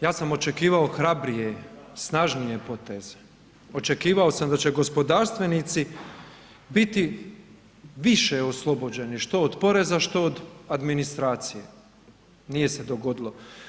Ja sam očekivao hrabrije, snažnije poteze, očekivao sam da će gospodarstvenici biti više oslobođeni što od poreza, što od administracije, nije se dogodilo.